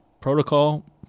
protocol